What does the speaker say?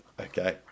Okay